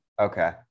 Okay